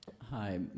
Hi